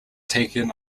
taken